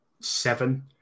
seven